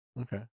Okay